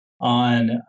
on